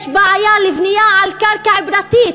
יש בעיה לבנות על קרקע פרטית.